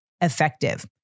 effective